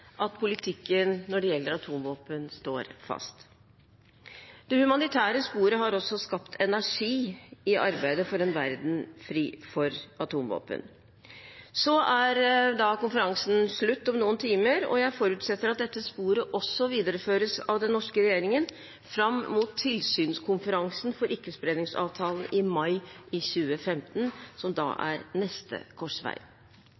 at politikken når det gjelder atomvåpen, står fast. Det humanitære sporet har også skapt energi i arbeidet for en verden fri for atomvåpen. Konferansen er slutt om noen timer, og jeg forutsetter at dette sporet også videreføres av den norske regjeringen fram mot tilsynskonferansen for ikke-spredningsavtalen i mai i 2015, som